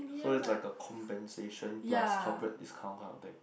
so that's like a compensation plus corporate discount kind of thing